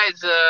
guys